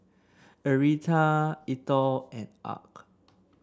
Aretha Eithel and Arch